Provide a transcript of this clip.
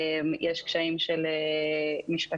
יש קשיים משפטיים,